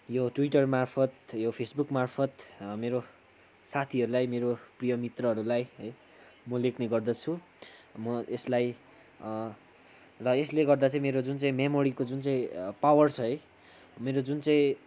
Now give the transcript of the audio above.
यो ट्विटरमार्फत यो फेसबुकमार्फत मेरो साथीहरूलाई मेरो प्रिय मित्रहरूलाई है म लेख्ने गर्दछु र म यसलाई र यसले गर्दा चाहिँ मेरो जुन चाहिँ मेमोरीको जुन चाहिँ पवर छ है मेरो जुन चाहिँ